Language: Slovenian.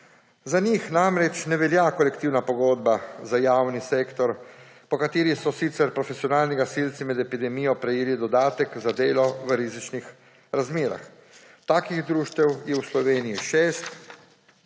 Za njih namreč ne velja kolektivna pogodba za javni sektor, po kateri so sicer profesionalni gasilci med epidemijo prejeli dodatek za delo v rizičnih razmerah. Takih društev je v Sloveniji šest,